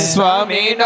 Swami (